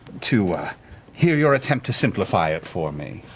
to hear your attempt to simplify it for me.